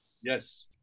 Yes